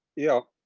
yeah.